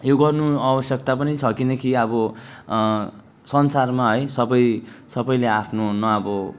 यो गर्नु आवश्यकता पनि छ किनकि अब संसारमा है सबै सबैले आफ्नो न अब